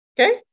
Okay